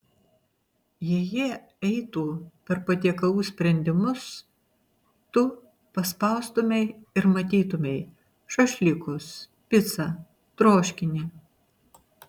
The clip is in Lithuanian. jei jie eitų per patiekalų sprendimus tu paspaustumei ir matytumei šašlykus picą troškinį